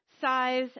size